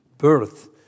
birth